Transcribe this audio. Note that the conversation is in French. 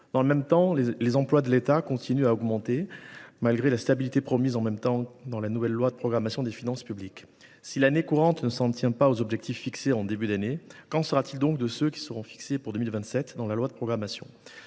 Dans le même temps, le nombre d’emplois de l’État continue d’augmenter, malgré la stabilité promise dans la nouvelle loi de programmation des finances publiques. Si l’année courante ne s’en tient pas aux objectifs fixés en début d’année, qu’en sera t il de ceux qui sont fixés pour 2027 dans la loi de programmation ?